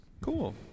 cool